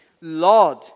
Lord